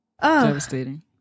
Devastating